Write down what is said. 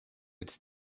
its